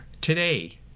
today